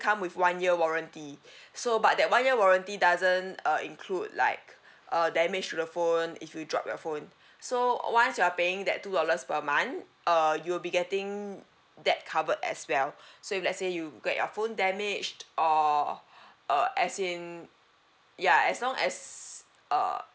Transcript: come with one year warranty so but that one year warranty doesn't uh include like uh damage to the phone if you drop your phone so once you are paying that two dollars per month uh you'll be getting that covered as well so let say you get your phone damaged or err as in ya as long as uh